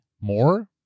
more